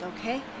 okay